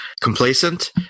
complacent